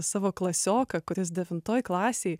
savo klasioką kuris devintoj klasėj